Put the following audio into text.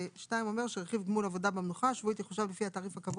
(2) רכיב גמול עבודה במנוחה השבועית יחושב לפי התעריף הקבוע